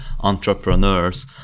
entrepreneurs